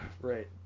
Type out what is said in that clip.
right